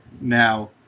Now